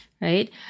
right